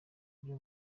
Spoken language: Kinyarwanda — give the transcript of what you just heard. buryo